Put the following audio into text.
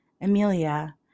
Amelia